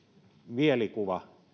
mielikuva